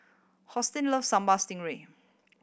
Hosteen love Sambal Stingray